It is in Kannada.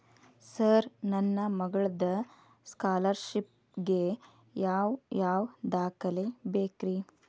ಸರ್ ನನ್ನ ಮಗ್ಳದ ಸ್ಕಾಲರ್ಷಿಪ್ ಗೇ ಯಾವ್ ಯಾವ ದಾಖಲೆ ಬೇಕ್ರಿ?